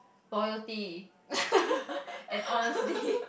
loyalty and honesty